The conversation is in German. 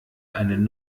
einen